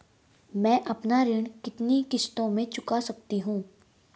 मैं अपना ऋण कितनी किश्तों में चुका सकती हूँ?